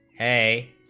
a